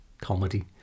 comedy